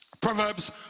Proverbs